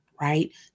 right